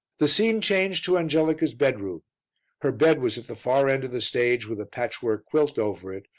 the scene changed to angelica's bedroom her bed was at the far end of the stage with a patchwork quilt over it,